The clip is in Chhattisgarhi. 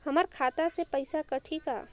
हमर खाता से पइसा कठी का?